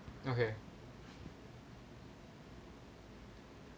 okay